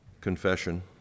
confession